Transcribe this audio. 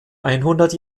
einhundert